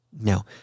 Now